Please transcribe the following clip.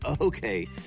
okay